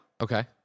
Okay